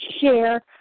share